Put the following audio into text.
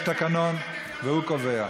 יש תקנון, והוא קובע.